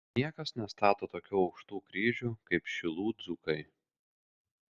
niekas nestato tokių aukštų kryžių kaip šilų dzūkai